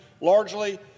largely